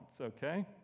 okay